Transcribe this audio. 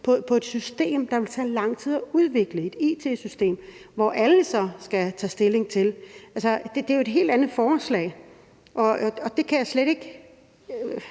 på et it-system, der vil tage lang tid at udvikle, og som alle så skal tage stilling til. Altså, det er jo et helt andet forslag, og det kan jeg slet ikke